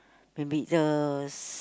maybe the s~